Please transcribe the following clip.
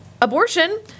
abortion